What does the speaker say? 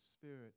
Spirit